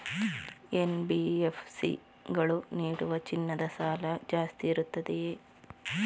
NBFC ಗಳು ನೀಡುವ ಚಿನ್ನದ ಸಾಲ ಜಾಸ್ತಿ ಇರುತ್ತದೆಯೇ?